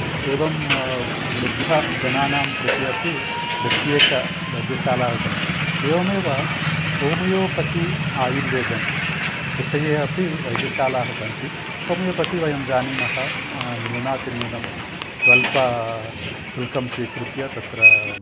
एवं वृद्धजनानां प्रति अपि प्रत्येकवैद्यशालाः सन्ति एवमेव होमियोपति आयुर्वेदं विषये अपि वैद्यशालाः सन्ति होमियोपति वयं जनीमः न्यूनातिन्यूनं स्वल्पं शुल्कं स्वीकृत्य तत्र